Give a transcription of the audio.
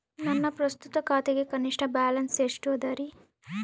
ನನ್ನ ಪ್ರಸ್ತುತ ಖಾತೆಗೆ ಕನಿಷ್ಠ ಬ್ಯಾಲೆನ್ಸ್ ಎಷ್ಟು ಅದರಿ?